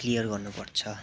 clear गर्नु पर्छ